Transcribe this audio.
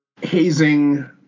hazing